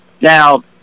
Now